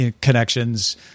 connections